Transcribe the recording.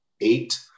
Eight